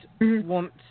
want